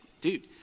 dude